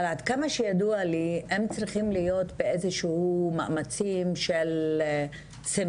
אבל כמה שידוע לי שהם צריכים להיות במאמצים של סנכרון,